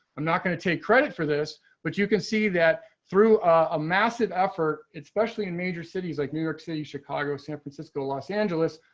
i'm not going to take credit for this but you can see that through a massive effort, especially in major cities like new york city, chicago, san francisco, los angeles.